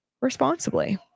responsibly